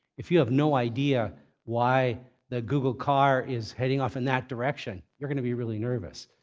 if you have no idea why the google car is heading off in that direction, you're going to be really nervous.